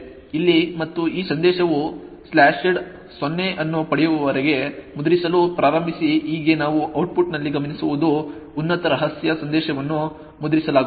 ಇಲ್ಲಿ ಮತ್ತು ಈ ಸಂದೇಶವು ಸ್ಲ್ಯಾಶ್ಡ್ 0 ಅನ್ನು ಪಡೆಯುವವರೆಗೆ ಮುದ್ರಿಸಲು ಪ್ರಾರಂಭಿಸಿ ಹೀಗೆ ನಾವು ಔಟ್ಪುಟ್ನಲ್ಲಿ ಗಮನಿಸುವುದು ಉನ್ನತ ರಹಸ್ಯ ಸಂದೇಶವನ್ನು ಮುದ್ರಿಸಲಾಗುತ್ತದೆ